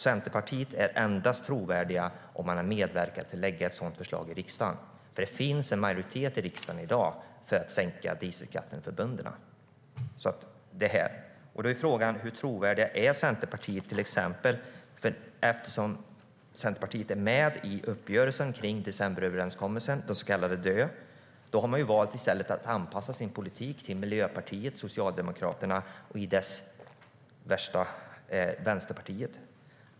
Centerpartiet är trovärdigt endast om man medverkar till att lägga fram ett sådant förslag i riksdagen. Det finns en majoritet i riksdagen för att sänka dieselskatten för bönderna. Då är frågan hur trovärdigt Centerpartiet är eftersom Centerpartiet är med i decemberöverenskommelsen, den så kallade DÖ. Därmed har de valt att anpassa sin politik till Miljöpartiet, Socialdemokraterna och, vilket är det värsta, Vänsterpartiet.